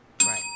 Right